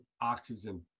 oxygen